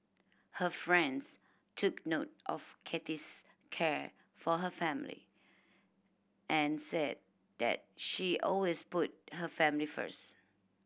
her friends took note of Kathy's care for her family and said that she always put her family first